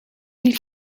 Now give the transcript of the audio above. niet